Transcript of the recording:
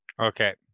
Okay